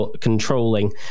controlling